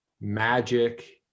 Magic